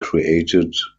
created